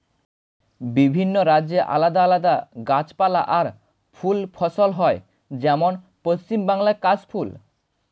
বিভিন্ন রাজ্যে আলাদা আলাদা গাছপালা আর ফুল ফসল হয়, যেমন পশ্চিম বাংলায় কাশ ফুল